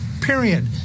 period